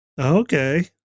Okay